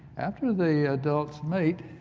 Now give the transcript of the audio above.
after the adults mate,